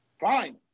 Fine